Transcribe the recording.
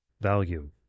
value